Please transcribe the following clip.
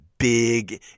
big